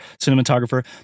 cinematographer